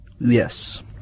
Yes